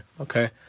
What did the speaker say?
Okay